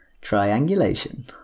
triangulation